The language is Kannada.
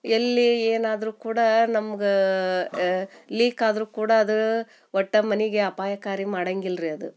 ಎಲ್ಲಿ ಏನಾದರೂ ಕೂಡ ನಮ್ಗೆ ಲೀಕ್ ಆದರೂ ಕೂಡ ಅದು ಒಟ್ಟು ಮನೆಗೆ ಅಪಾಯಕಾರಿ ಮಾಡಂಗಿಲ್ಲ ರೀ ಅದು